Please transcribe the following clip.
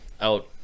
out